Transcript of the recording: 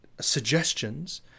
suggestions